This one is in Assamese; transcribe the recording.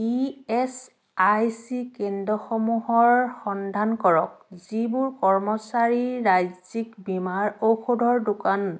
ই এছ আই চি কেন্দসমূহৰ সন্ধান কৰক যিবোৰ কৰ্মচাৰীৰ ৰাজ্যিক বীমাৰ ঔষধৰ দোকান